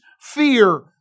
Fear